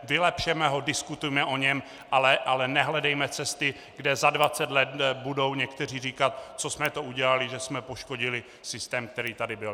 Vylepšeme ho, diskutujme o něm, ale nehledejme cesty, kde za 20 let budou někteří říkat: co jsme to udělali, že jsme poškodili systém, který tady byl?